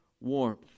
warmth